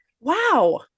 Wow